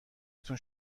تون